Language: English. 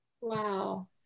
Wow